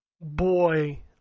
boy